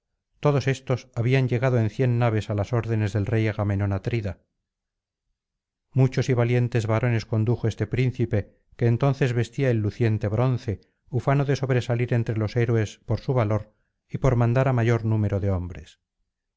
todos estos habían llegado en cien naves á las órdenes del rey agamenón atrida muchos y valientes varones condujo este príncipe que entonces vestía el luciente bronce ufano de sobresalir entre los héroes por su valor y por mandar á mayor número de hombres